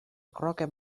crooked